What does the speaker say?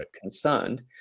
concerned